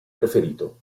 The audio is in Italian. preferito